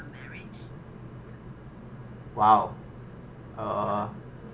!wow! uh